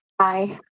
Hi